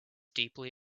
deeply